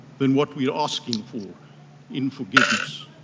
than what we're asking for in forgiveness.